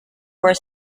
where